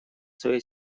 своей